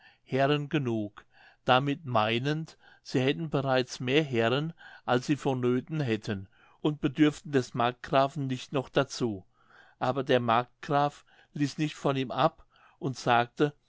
herren genug damit meinend sie hätten bereits mehr herren als sie von nöthen hätten und bedürften des markgrafen nicht noch dazu aber der markgraf ließ nicht von ihm ab und sagte